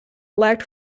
elect